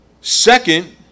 Second